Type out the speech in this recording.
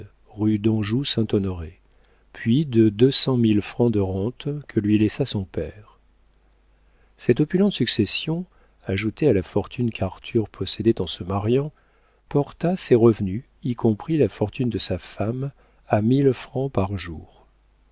rue danjou saint honoré puis de deux cent mille francs de rente que lui laissa son père cette opulente succession ajoutée à la fortune qu'arthur possédait en se mariant porta ses revenus y compris la fortune de sa femme à mille francs par jour